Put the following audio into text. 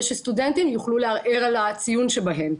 שסטודנטים יוכלו לערער על הציון שבהן.